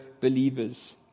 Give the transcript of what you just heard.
believers